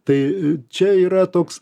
tai čia yra toks